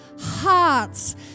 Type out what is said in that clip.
hearts